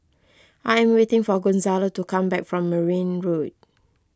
I am waiting for Gonzalo to come back from Merryn Road